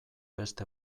beste